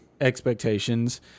expectations